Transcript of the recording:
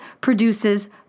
produces